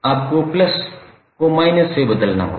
आपको प्लस को माइनस से बदलना होगा